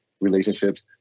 relationships